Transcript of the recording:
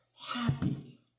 happy